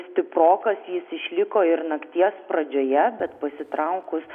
stiprokas jis išliko ir nakties pradžioje bet pasitraukus